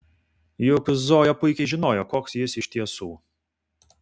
juk zoja puikiai žinojo koks jis iš tiesų